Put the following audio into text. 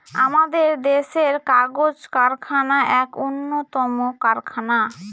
আমাদের দেশের কাগজ কারখানা এক উন্নতম কারখানা